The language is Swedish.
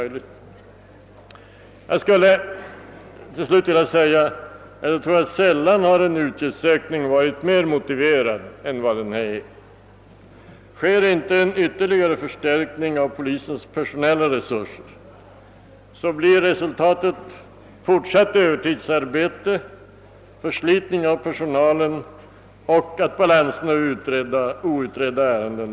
Jag skulle till slut vilja säga att jag tror att en utgiftsökning sällan varit mera motiverad än vad denna är. Förstärks inte polisens personella resurser, blir resultatet fortsatt övertidsarbete, förslitning av personalen och bestående balans av outredda ärenden.